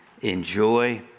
enjoy